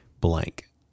blank